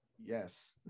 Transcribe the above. yes